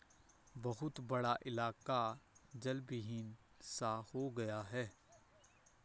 बहुत बड़ा इलाका जलविहीन सा हो गया है